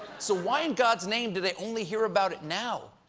so why in god's name did i only hear about it now?